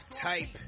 type